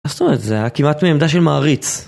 עשו את זה, היה כמעט מעמדה של מעריץ